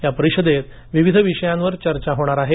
या परिषदेत विविध विषयांवर चर्चा होणार आहे